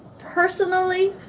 personally,